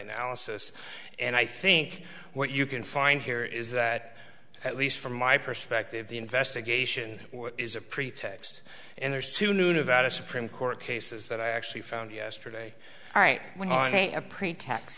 analysis and i think what you can find here is that at least from my perspective the investigation is a pretext and there's two new nevada supreme court cases that i actually found yesterday right one on a a pre